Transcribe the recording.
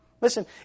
Listen